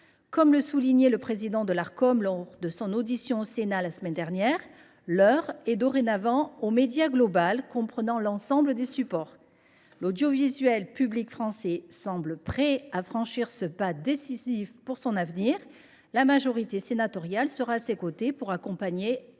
Comme le soulignait le président de l’Arcom lors de son audition au Sénat la semaine dernière, l’heure est dorénavant aux médias globaux, regroupant l’ensemble des supports. L’audiovisuel public français semble prêt à franchir ce pas décisif pour son avenir. La majorité sénatoriale sera à ses côtés pour accompagner